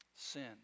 Sin